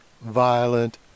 violent